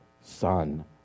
Son